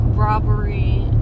Robbery